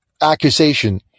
accusation